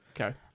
Okay